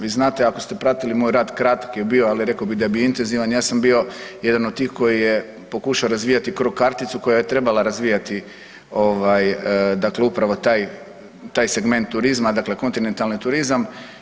Vi znate ako ste pratili moj rad, kratki je bio, ali reko bi da je bio intenzivan, ja sam bio jedan od tih koji je pokušao razvijati Cro karticu koja je trebala razvijati ovaj dakle upravo taj, taj segment turizma dakle kontinentalni turizam.